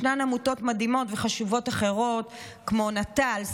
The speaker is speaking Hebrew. ישנן עמותות מדהימות וחשובות אחרות כמו נט"ל,